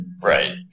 right